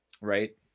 Right